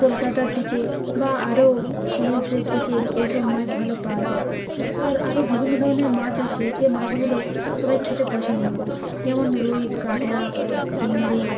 কলকাতার দিকে বা আরও সমুদ্রের দিকে এইসব মাছ ভালো পাওয়া যায় আর আরও বিভিন্ন ধরনের মাছ আছে যে মাছগুলো সবাই খেতে পছন্দ করে যেমন রুই কাতলা চিংড়ি